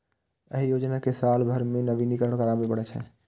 एहि योजना कें साल भरि पर नवीनीकरण कराबै पड़ै छै